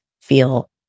feel